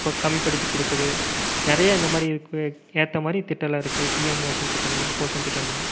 கம்மி படுத்தி கொடுக்குது நிறையா இந்த மாதிரி ஏற்ற மாதிரி திட்டம்லாம் இருக்குது பிஎம் மோஷன் திட்டமில் பிஎம் போஷன் திட்டமில்